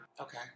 Okay